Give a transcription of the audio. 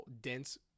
dense